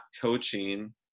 coaching